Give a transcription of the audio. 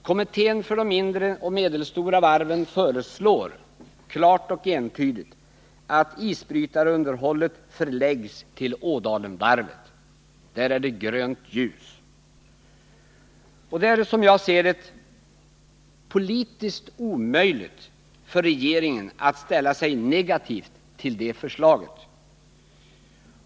Kommittén för de mindre och medelstora varven föreslår klart och entydigt att isbrytarunderhållet förläggs till Ådalsvarvet. Från det hållet är det alltså grönt ljus. Det är, som jag ser det, politiskt omöjligt för regeringen att ställa sig negativ till det förslaget.